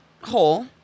hole